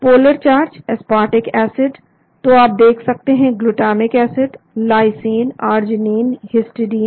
polar charge aspartic acid तो आप देख सकते हैं glutamic acid lysine arginine histidine